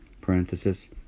parenthesis